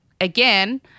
again